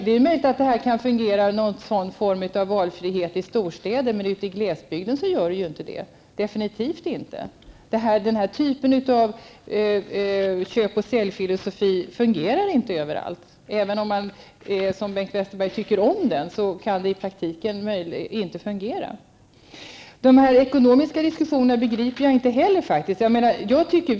Det är möjligt att någon form av valfrihet fungerar i storstäder, men ute i glesbygden gör den definitivt inte det. Den typen av köp och säljfilosofi fungerar inte överallt. Även om man, som Bengt Westerberg, tycker om den kan den inte fungera i praktiken. De ekonomiska diskussionerna begriper jag faktiskt inte heller.